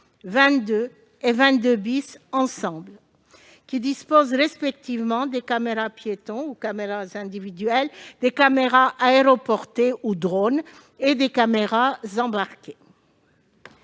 22 et 22 ensemble, puisqu'ils disposent respectivement des caméras-piétons ou caméras individuelles, des caméras aéroportées ou drones et des caméras embarquées.